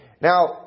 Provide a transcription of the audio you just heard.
Now